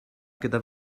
gyda